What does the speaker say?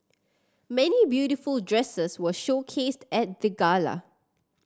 many beautiful dresses were showcased at the gala